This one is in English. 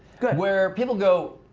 good. where people go,